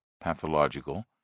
pathological